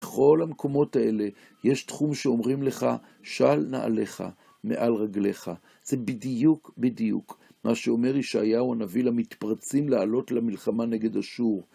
בכל המקומות האלה, יש תחום שאומרים לך, של נעליך, מעל רגליך. זה בדיוק בדיוק מה שאומר ישעיהו הנביא, למתפרצים לעלות למלחמה נגד אשור.